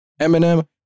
Eminem